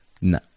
No